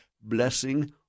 blessing